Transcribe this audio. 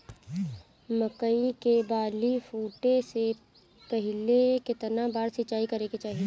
मकई के बाली फूटे से पहिले केतना बार सिंचाई करे के चाही?